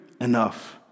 enough